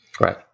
Right